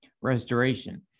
Restoration